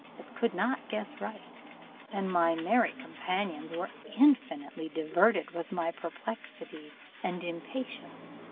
but could not guess right and my merry companions were infinitely diverted with my perplexity and impatience,